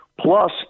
plus